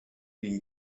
been